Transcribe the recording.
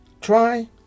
Try